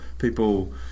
people